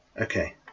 Okay